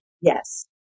Yes